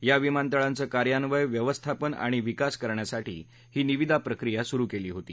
या विमानतळांच कार्यान्वयन व्यवस्थापन आणि विकास करण्यासाठी ही निवदा प्रक्रिया सुरु केली होती